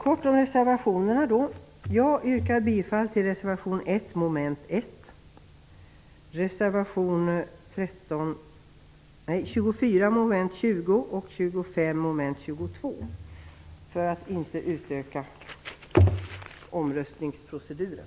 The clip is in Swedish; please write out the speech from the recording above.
Jag yrkar bifall till reservation 1 mom. 1, reservation 24 mom. 20 och reservation 25 mom. 22, för att inte utöka omröstningsproceduren.